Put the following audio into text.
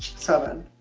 seven.